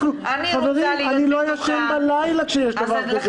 אני לא ישן בלילה כשיש דבר כזה.